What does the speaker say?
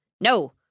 No